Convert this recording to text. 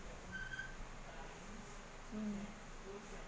mm